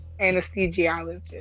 anesthesiologist